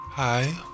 Hi